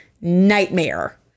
nightmare